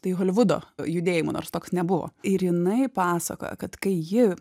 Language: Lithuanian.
tai holivudo judėjimu nors toks nebuvo ir jinai pasakojo kad kai ji